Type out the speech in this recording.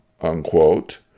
unquote